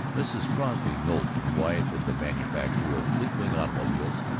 mrs. crosby knowlton, wife of the manufacturer of fleetwing automobiles,